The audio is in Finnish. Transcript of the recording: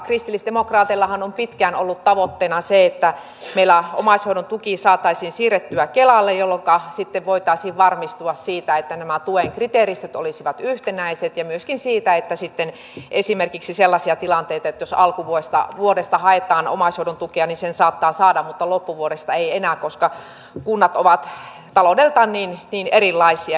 kristillisdemokraateillahan on pitkään ollut tavoitteena se että meillä omaishoidon tuki saataisiin siirrettyä kelalle jolloinka sitten voitaisiin varmistua siitä että nämä tuen kriteeristöt olisivat yhtenäiset ja myöskin siitä ettei synny esimerkiksi sellaisia tilanteita että jos alkuvuodesta haetaan omaishoidon tukea niin sen saattaa saada mutta loppuvuodesta ei enää koska kunnat ovat taloudeltaan niin erilaisia